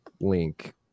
link